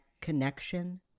connection